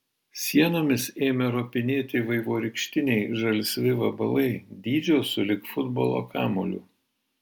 sienomis ėmė ropinėti vaivorykštiniai žalsvi vabalai dydžio sulig futbolo kamuoliu